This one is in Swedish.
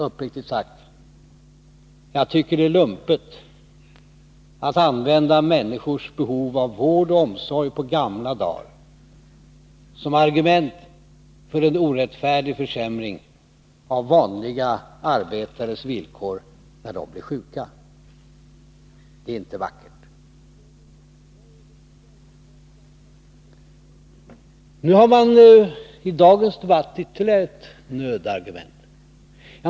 Uppriktigt sagt: Jag tycker det är lumpet att använda människors behov av vård och omsorg på gamla dagar som argument för en orättfärdig försämring av vanliga arbetares villkor när de blir sjuka. Det är inte vackert. Nu har man i dagens debatt ytterligare ett nödargument.